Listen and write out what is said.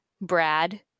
Brad